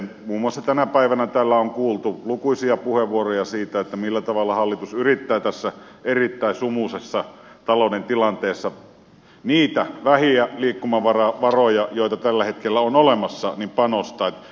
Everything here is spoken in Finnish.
muun muassa tänä päivänä täällä on kuultu lukuisia puheenvuoroja siitä millä tavalla hallitus yrittää tässä erittäin sumuisessa talouden tilanteessa niitä vähiä liikkumavaravaroja joita tällä hetkellä on olemassa panostaa